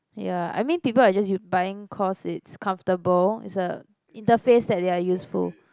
ya I mean people are just u~ buying cause it's comfortable it's a interface that they are useful